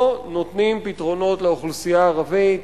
לא נותנים פתרונות לאוכלוסייה הערבית,